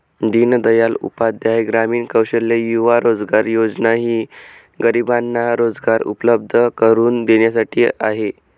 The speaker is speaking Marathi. दीनदयाल उपाध्याय ग्रामीण कौशल्य युवा रोजगार योजना ही गरिबांना रोजगार उपलब्ध करून देण्यासाठी आहे